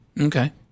okay